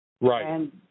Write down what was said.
Right